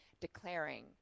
declaring